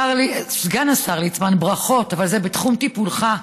סגן השר ליצמן, ברכות, אבל זה בתחום טיפולך.